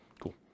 Cool